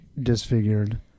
disfigured